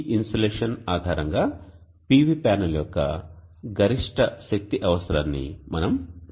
ఈ ఇన్సోలేషన్ ఆధారంగా PV panel యొక్క గరిష్ట శక్తి అవసరాన్ని మనం కనుక్కోవచ్చు